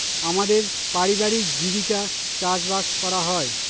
আমাদের পারিবারিক জীবিকা চাষবাস করা হয়